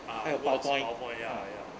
ah words powerpoint ya ya